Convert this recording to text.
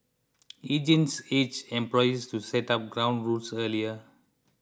agents urged employers to set up ground rules earlier